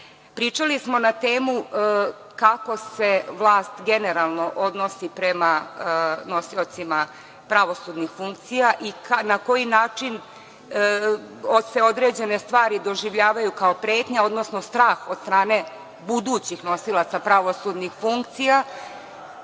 Pričali smo na temu kako se vlast generalno odnosi prema nosiocima pravosudnih funkcija i na koji način se određene stvari doživljavaju kao pretnja, odnosno strah od strane budućih nosioca pravosudnih funkcija,